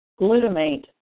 glutamate